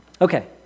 Okay